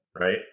Right